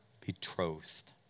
betrothed